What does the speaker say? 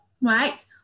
right